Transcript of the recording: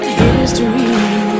history